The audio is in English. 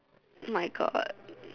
my God